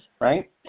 right